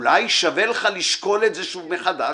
אולי שווה לך לשקול את זה שוב מחדש?